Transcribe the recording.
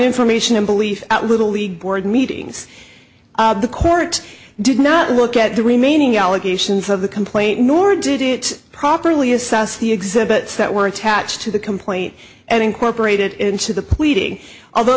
information and belief at little league board meetings the court did not look at the remaining allegations of the complaint nor did it properly assess the exhibits that were attached to the complaint and incorporated into the pleading although